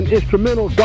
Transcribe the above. Instrumental